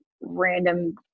random